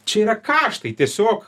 čia yra kaštai tiesiog